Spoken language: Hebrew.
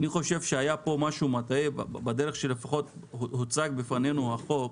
אני חודש שהיה פה משהו מטעה בדרך שלפחות הוצג בפנינו החוק.